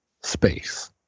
space